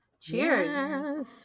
Cheers